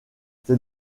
c’est